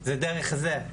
זה דרך זה,